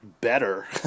better